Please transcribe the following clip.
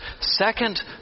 second